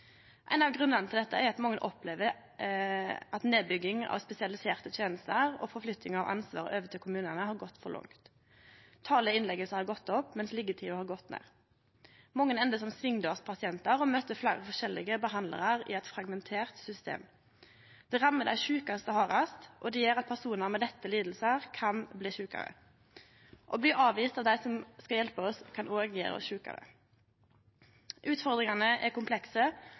Ein av grunnane til det er at mange opplever at nedbygginga av spesialiserte tenester og flyttinga av ansvar over til kommunane har gått for langt. Talet på innleggingar har gått opp, mens liggetida har gått ned. Mange endar som svingdørspasientar og møter fleire forskjellige behandlarar i eit fragmentert system. Det rammar dei sjukaste hardast, og det gjer at personar med lette lidingar kan bli sjukare. Å bli avvist av dei som skal hjelpe oss, kan òg gjere oss sjukare. Utfordringane er komplekse